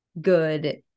good